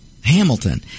Hamilton